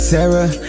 Sarah